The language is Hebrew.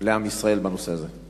לעם ישראל בנושא הזה?